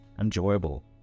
Enjoyable